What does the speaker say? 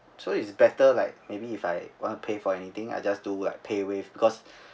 so it's better like maybe if I wanna pay for anything I just do like paywave because